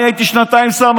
אני הייתי שנתיים שר,